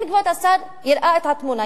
אם כבוד השר יראה את התמונה,